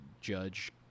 judge